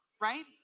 Right